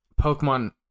Pokemon